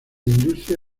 industria